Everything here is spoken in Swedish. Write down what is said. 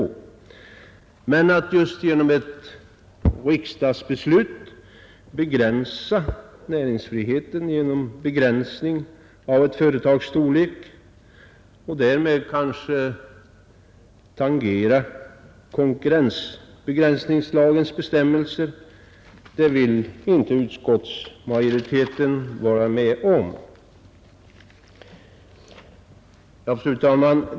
Att genom ett riksdagsbeslut begränsa näringsfriheten genom att införa regler om ett företags storlek och därmed kanske tangera konkurrensbegränsningslagens bestämmelser vill inte utskottsmajoriteten vara med om. Fru talman!